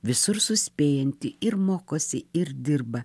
visur suspėjanti ir mokosi ir dirba